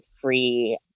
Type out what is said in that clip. free